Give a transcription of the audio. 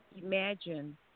imagine